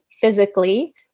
physically